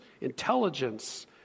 intelligence